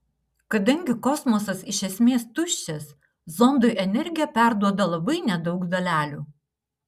kadangi kosmosas iš esmės tuščias zondui energiją perduoda labai nedaug dalelių